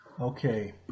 Okay